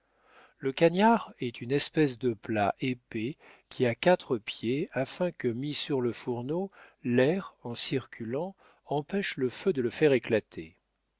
le cagnard est une espèce de plat épais qui a quatre pieds afin que mis sur le fourneau l'air en circulant empêche le feu de le faire éclater